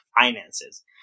finances